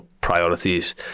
priorities